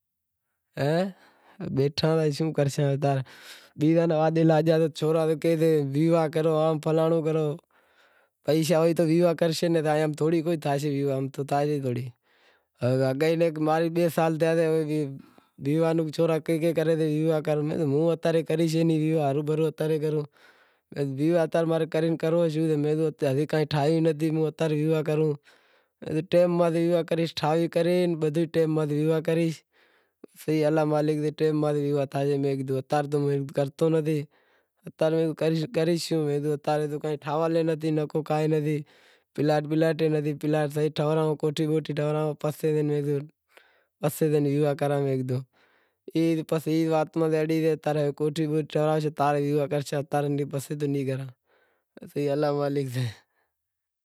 بیٹھا رہیا تو شوں کرشاں، بیزاں ری وادہیاں تے لاگا تو کاہشیں ویواہ کرو شوں کرو پیشا ہوشیں تو ویواہ کرشے باقی ایئں تھوڑی تھیشے ویواہ، چھورا کہی رہیا کہ ویواہ کر موں کہیو ہوں تان کریش ئی ناں چاں رے کروں، جیتیں ٹھاہی نتھی اتاں رے ویواہ نیں کروں ٹیم ماتھے ویواہ کریش، ٹھائی کرے بدہی ٹیم متھے ویواہ کریش، الا مالک سے ٹیم ماتھے ویواہ تھیشے۔ ہوں کرتو نتھی، کاں کریش، کاں ٹھاول نتھی، پلاٹ بلاٹ نتھی، پلاٹ ٹھورائوں، کوٹھی بوٹھی ٹھراووں، پسے زوئیس، پسے زائے ویواہ کراواں۔ ای وات ماتھے اڑی گیو، کوٹھی بوٹھی ٹھورائیش پسے کرشاں نتاں رے نیں کراں الا مالک شے